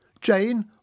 Jane